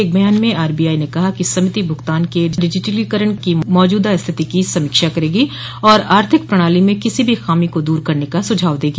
एक बयान में आर बी आई ने कहा कि समिति भुगतान के डिजिटलीकरण की मौजूदा स्थिति की समीक्षा करेगी और आर्थिक प्रणालो में किसी भी खामी को दूर करने का सुझाव देगी